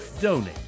donate